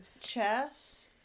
Chess